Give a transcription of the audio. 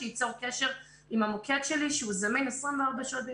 שיצור קשר עם המוקד שלי שהוא זמין 24 שעות ביממה,